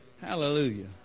Hallelujah